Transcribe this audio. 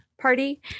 party